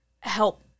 help